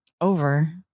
Over